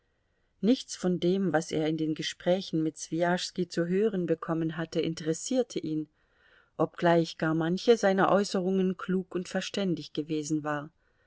nichts von dem was er in den gesprächen mit swijaschski zu hören bekommen hatte interessierte ihn obgleich gar manche seiner äußerungen klug und verständig gewesen war